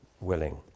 willing